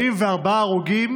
44 הרוגים,